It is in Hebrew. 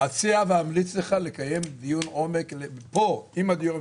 אציע ואמליץ לך לקיים דיון עומק פה עם הדיור הממשלתי,